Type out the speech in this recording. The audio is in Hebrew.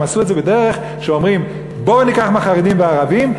הם עשו את זה בדרך שאומרים: בואו ניקח מהחרדים ומהערבים,